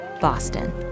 Boston